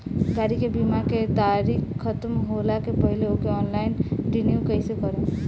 गाड़ी के बीमा के तारीक ख़तम होला के पहिले ओके ऑनलाइन रिन्यू कईसे करेम?